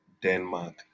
Denmark